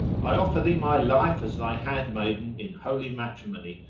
i offer thee my life as thy handmaiden in holy matrimony,